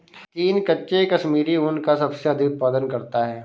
चीन कच्चे कश्मीरी ऊन का सबसे अधिक उत्पादन करता है